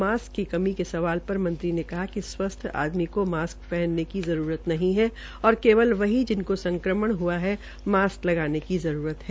mask की कमी के सवाल पर मंत्री ने कहा कि स्वस्थ्य आदमी को मास्क पहनने की जरूरत नहीं है और केवल वहीं जिनकों संक्रमण हुआ मास्क लगाने की जरूरत है